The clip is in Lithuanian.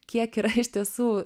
kiek yra iš tiesų